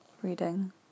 reading